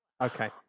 Okay